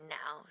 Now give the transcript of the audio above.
now